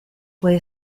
puede